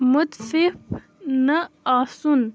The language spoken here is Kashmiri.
مُتفِف نہٕ آسُن